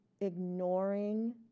ignoring